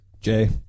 Jay